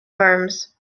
arms